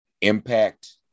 impact